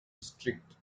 district